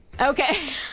Okay